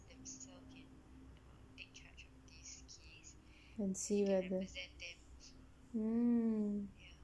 I see mm